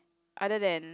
other than